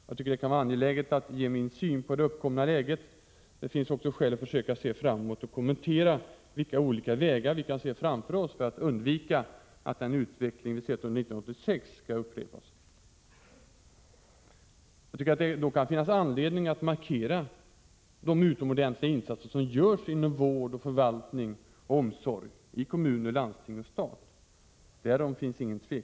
Jag finner det angeläget att ge min syn på det uppkomna läget, och det finns också skäl att försöka se framåt och kommentera vilka olika vägar som ligger framför oss för att vi skall undvika att utvecklingen under 1986 upprepas. Jag vill gärna markera de utomordentliga insatser som görs inom vård, omsorg och förvaltning i kommuner, landsting och stat — därom finns ingen tvekan.